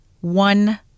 one